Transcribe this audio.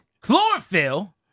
Chlorophyll